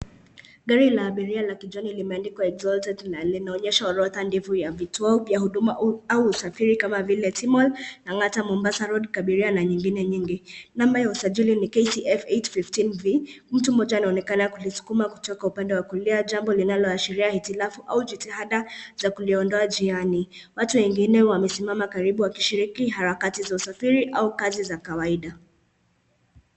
Gari la abiria la kijani limeandikwa exalted na linaonyesha orodha ndefu ya vituo upya vya huduma au usafiri kama vile T-mall, Lang'ata, Mombasa road, kabiria na vingine nyingi. Namba ya usajili ni KDF 815V. Mtu mmoja anaonekana kulisukuma kutoka upande wa kulia, jambo linaloashiria hitilafu au jitihada za kuliondoa njiani. Watu wengine wamesimama karibu wakishirki harakati za usafiri au kazi za kawaida.